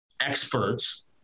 experts